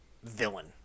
villain